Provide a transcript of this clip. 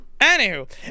Anywho